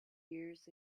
years